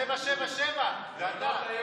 777 זה אתה.